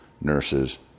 nurses